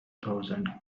thousand